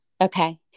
Okay